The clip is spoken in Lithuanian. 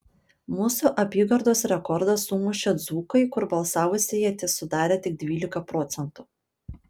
mūsų apygardos rekordą sumušė dzūkai kur balsavusieji tesudarė tik dvylika procentų